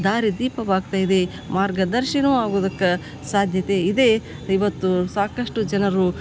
ದಾರಿ ದೀಪವಾಗ್ತಾ ಇದೆ ಮಾರ್ಗದರ್ಶನವು ಆಗುದಕ್ಕೆ ಸಾಧ್ಯತೆ ಇದೆ ಇವತ್ತು ಸಾಕಷ್ಟು ಜನರು